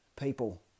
people